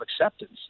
acceptance